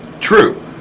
True